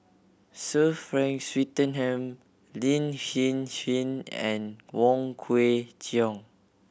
Sir Frank Swettenham Lin Hsin Hsin and Wong Kwei Cheong